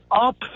up